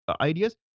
ideas